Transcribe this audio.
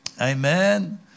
Amen